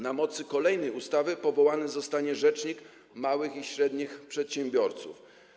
Na mocy kolejnej ustawy powołany zostanie rzecznik małych i średnich przedsiębiorców.